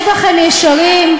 יש בכם ישרים,